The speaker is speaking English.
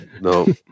no